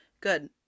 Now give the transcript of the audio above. good